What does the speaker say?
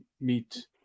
meet